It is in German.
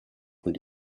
und